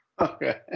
Okay